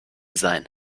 sein